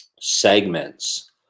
segments